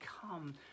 come